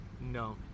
no